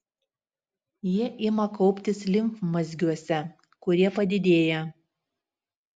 jie ima kauptis limfmazgiuose kurie padidėja